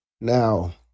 Now